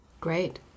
Great